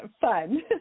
fun